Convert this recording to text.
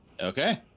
Okay